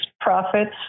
profits